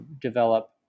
develop